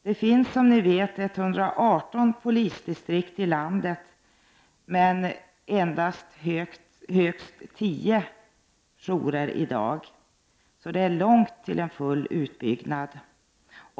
Det finns i dag 118 polisdistrikt i landet men endast högst 10 jourer, så det är långt till en full utbyggnad.